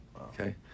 Okay